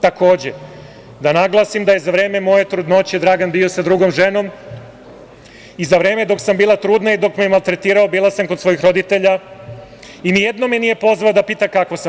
Takođe, da naglasim da je za vreme moje trudnoće Dragan Đilas bio sa drugom ženom i za vreme dok sam bila trudna i dok me je maltretirao bila sam kod svojih roditelja i nijednom me nije pozvao da pita kako sam.